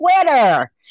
Twitter